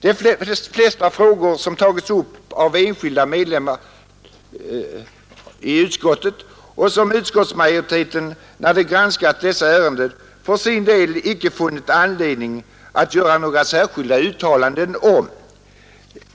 Det gäller frågor som i de flesta fall tagits upp av enskilda ledamöter av utskottet och som utskottsmajoriteten för sin del vid granskningen icke funnit anledning att göra några särskilda uttalanden om.